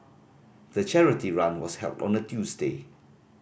the charity run was held on a Tuesday